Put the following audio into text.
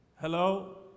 hello